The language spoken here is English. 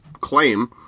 claim